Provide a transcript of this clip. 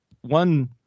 one